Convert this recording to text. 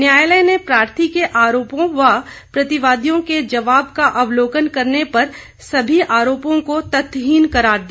न्यायालय ने प्रार्थी के आरोपों व प्रतिवादियों के जवाब का अवलोकन करने पर सभी आरोपों को तथ्यहिन करार दिया